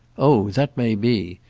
oh that may be!